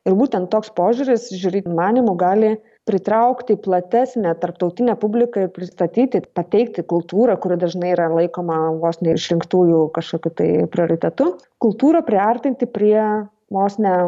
ir būtent toks požiūris žiuri manymu gali pritraukti platesnę tarptautinę publiką ir pristatyti pateikti kultūrą kuri dažnai yra laikoma vos ne išrinktųjų kažkokiu tai prioritetu kultūrą priartinti prie vos ne